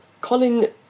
Colin